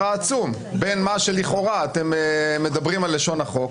העצום בין מה שלכאורה אתם מדברים על לשון החוק